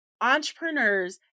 entrepreneurs